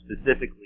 specifically